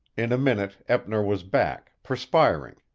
in a minute eppner was back, perspiring,